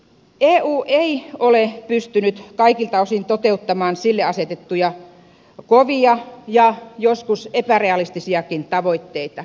eu ei ole pystynyt kaikilta osin toteuttamaan sille asetettuja kovia ja joskus epärealistisiakin tavoitteita